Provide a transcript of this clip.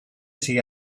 sigue